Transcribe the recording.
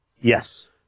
Yes